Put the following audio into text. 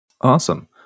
Awesome